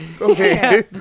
Okay